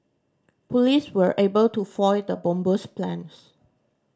police were able to foil the bomber's plans